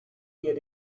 did